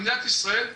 במדינת ישראל יש,